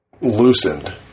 loosened